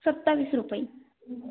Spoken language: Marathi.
सत्तावीस रुपये